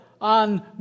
on